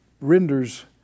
renders